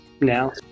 now